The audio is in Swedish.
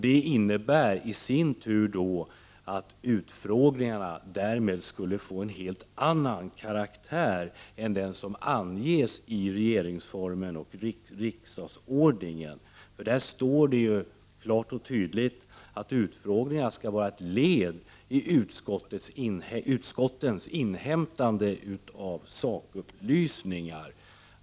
Det innebär i sin tur att utfrågningarna skulle få en helt annan karaktär än den som anges i regeringsformen och riksdagsordningen. Där står det klart och tydligt att utfrågningar skall vara ett led i utskottens inhämtande av sakupplysningar.